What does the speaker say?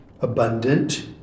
Abundant